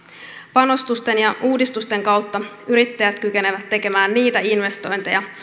panostusten ja uudistusten kautta yrittäjät kykenevät tekemään niitä investointeja